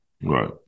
Right